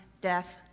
death